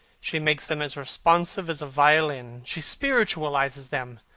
she makes them as responsive as a violin. she spiritualizes them,